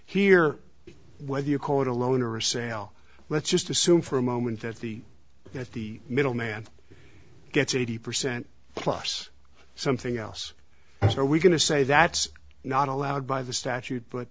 here whether you call it a loan or a sale let's just assume for a moment that the that the middleman gets eighty percent plus something else and so are we going to say that's not allowed by the statute but